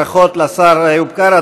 ברכות לשר איוב קרא.